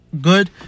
good